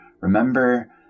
remember